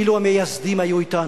אילו המייסדים היו אתנו,